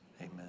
Amen